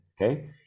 okay